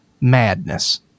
madness